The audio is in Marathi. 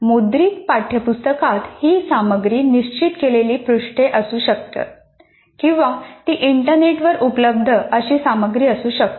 मुद्रित पाठ्यपुस्तकात ही सामग्री निश्चित केलेली पृष्ठे असू शकते किंवा ती इंटरनेटवर उपलब्ध अशी सामग्री असू शकते